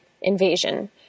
invasion